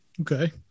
Okay